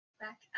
back